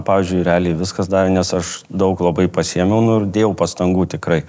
pavyzdžiui realiai viskas davė nes aš daug labai pasiėmiau nors dėjau pastangų tikrai